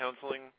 counseling